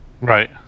Right